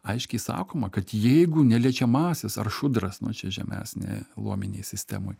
aiškiai sakoma kad jeigu neliečiamasis ar šudras nu čia žemesnė luominėj sistemoj